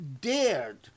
dared